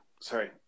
Sorry